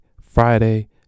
friday